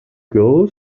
girl